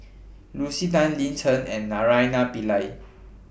Lucy Tan Lin Chen and Naraina Pillai